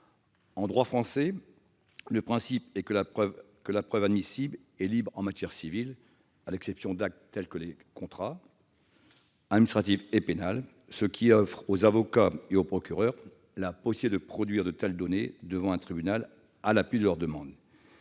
En droit français, le principe est que la preuve admissible est libre en matière civile- à l'exception d'actes tels que des contrats -, administrative et pénale, ce qui offre aux avocats ou aux procureurs la possibilité de produire de telles données devant un tribunal à l'appui de leurs demandes.